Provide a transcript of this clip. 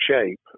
shape